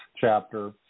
chapter